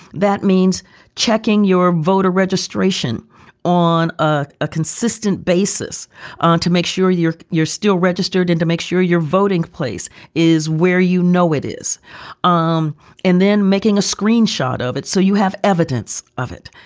that means checking your voter registration on ah a consistent basis ah to make sure you're you're still registered and to make sure your voting place is where you know it is um and then making a screenshot of it. so you have evidence of it.